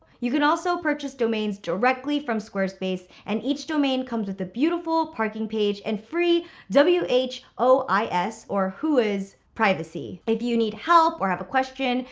you can also purchase domains directly from squarespace, and each domain comes with a beautiful parking page and free w h o i s or who is privacy. if you need help or have a question,